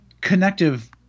connective